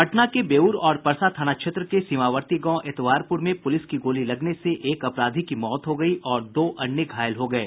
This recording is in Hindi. पटना के बेउर और परसा थाना क्षेत्र के सीमावर्ती गांव एतवारपुर में पुलिस की गोली लगने से एक अपराधी की मौत हो गयी और दो अन्य घायल हो गये